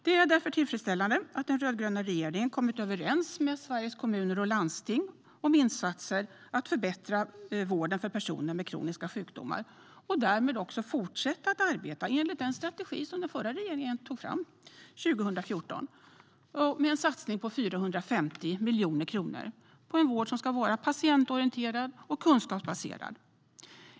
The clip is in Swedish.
Det är därför tillfredsställande att den rödgröna regeringen har kommit överens med Sveriges Kommuner och Landsting om insatser för att förbättra vården för personer med kroniska sjukdomar och därmed fortsätta att arbeta enligt den strategi som den förra regeringen tog fram 2014, med en satsning på 450 miljoner kronor på en vård som ska vara patientorienterad och kunskapsbaserad.